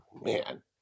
man